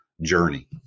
journey